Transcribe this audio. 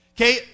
Okay